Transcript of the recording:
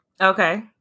Okay